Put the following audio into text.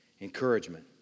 encouragement